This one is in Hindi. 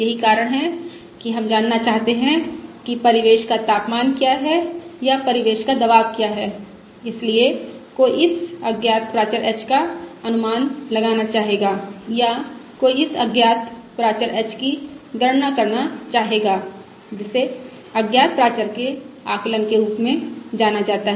यही कारण है कि हम जानना चाहते हैं कि परिवेश का तापमान क्या है या परिवेश का दबाव क्या है इसलिए कोई इस अज्ञात प्राचर h का अनुमान लगाना चाहेगा या कोई इस अज्ञात प्राचर h की गणना करना चाहेगा जिसे अज्ञात प्राचर के आकलन के रूप में जाना जाता है